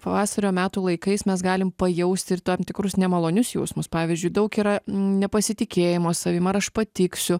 pavasario metų laikais mes galim pajausti ir tam tikrus nemalonius jausmus pavyzdžiui daug yra nepasitikėjimo savim ar aš patiksiu